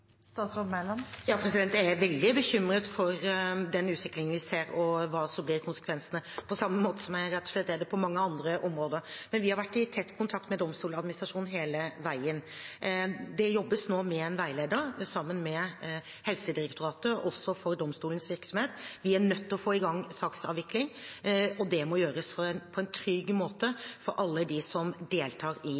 Ja, jeg er veldig bekymret for den utviklingen vi ser, og for hva som blir konsekvensene, på samme måte som jeg rett og slett er det på mange andre områder. Vi har vært i tett kontakt med Domstoladministrasjonen hele veien. Det jobbes nå med en veileder, sammen med Helsedirektoratet, også for domstolenes virksomhet. Vi er nødt til å få i gang saksavvikling, og det må gjøres på en trygg måte for alle dem som deltar i